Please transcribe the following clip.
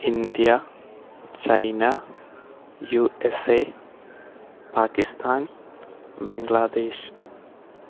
India China U S A Pakistan Bangladesh